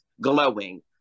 glowing